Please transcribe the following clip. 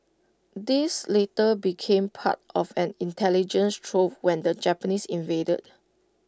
these later became part of an intelligence trove when the Japanese invaded